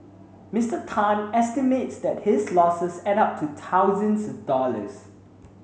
Mister Tan estimates that his losses add up to thousands of dollars